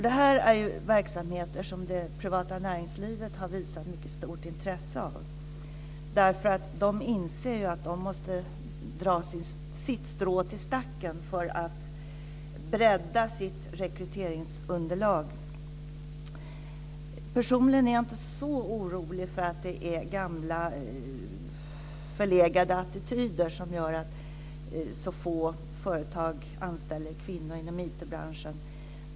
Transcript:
Det här är verksamheter som det privata näringslivet har visat mycket stort intresse för därför att de inser att de måste dra sitt strå till stacken för att bredda sitt rekryteringsunderlag. Personligen är jag inte så orolig för att det är gamla förlegade attityder som gör att så få företag anställer kvinnor inom IT-branschen.